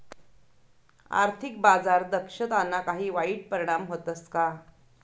आर्थिक बाजार दक्षताना काही वाईट परिणाम व्हतस का